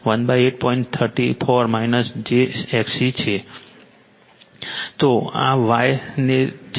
તો આ Y છે